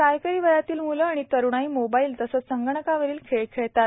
शाळकरी वयातील म्ले आणि तरूणाई मोबाईल तसंच संगणकावरील खेळ खेळतात